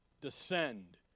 Descend